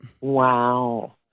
Wow